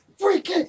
freaking